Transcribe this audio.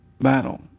battle